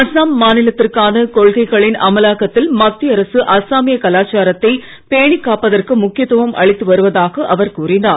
அஸ்ஸாம் மாநிலத்திற்கான கொள்கைகளின் அமலாக்கத்தில் மத்திய அரசு அஸ்ஸாமிய கலாச்சாரத்தை பேணிக் காப்பதற்கு முக்கியத்துவம் அளித்து வருவதாக அவர் கூறினார்